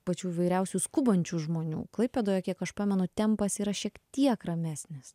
pačių įvairiausių skubančių žmonių klaipėdoje kiek aš pamenu tempas yra šiek tiek ramesnis